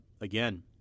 again